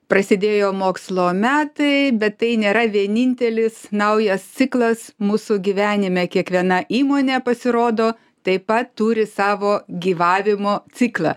prasidėjo mokslo metai bet tai nėra vienintelis naujas ciklas mūsų gyvenime kiekviena įmonė pasirodo taip pat turi savo gyvavimo ciklą